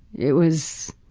it was.